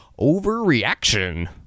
overreaction